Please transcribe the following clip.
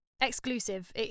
exclusive